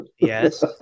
yes